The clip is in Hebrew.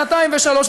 שנתיים ושלוש,